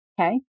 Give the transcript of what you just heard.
Okay